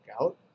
out